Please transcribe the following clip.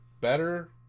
better